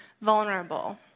vulnerable